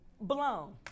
Blown